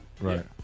Right